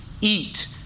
eat